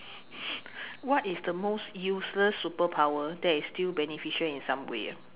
what is the most useless superpower that is still beneficial in some way ah